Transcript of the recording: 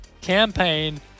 campaign